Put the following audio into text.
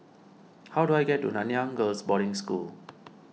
how do I get to Nanyang Girls' Boarding School